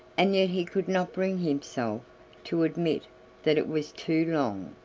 and yet he could not bring himself to admit that it was too long,